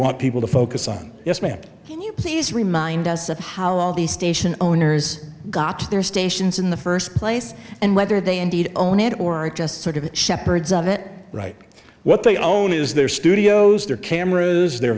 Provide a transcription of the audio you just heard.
want people to focus on yes ma'am he says remind us of how all the station owners got to their stations in the first place and whether they indeed own it or it just sort of the shepherds of it right what they own is their studios their cameras the